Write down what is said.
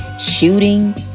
shooting